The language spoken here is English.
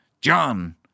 John